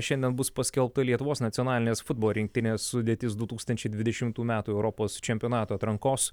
šiandien bus paskelbta lietuvos nacionalinės futbolo rinktinės sudėtis du tūkstantis dvidešimtų metų europos čempionato atrankos